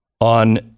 on